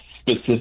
specific